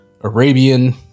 Arabian